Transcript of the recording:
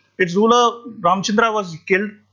its ruler ramachandra was killed,